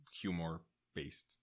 humor-based